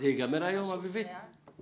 אביבית, זה ייגמר היום?